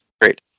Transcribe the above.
great